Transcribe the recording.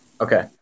Okay